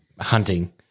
hunting